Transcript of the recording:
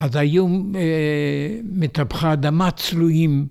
‫אז היו מתפוחי אדמה צלויים.